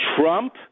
Trump